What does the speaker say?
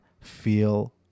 feel